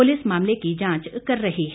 police मामले की जांच कर रही है